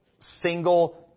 single